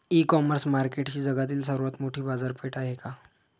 इ commerce market ही जगातील सर्वात मोठी बाजारपेठ आहे का?